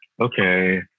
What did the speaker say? Okay